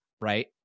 right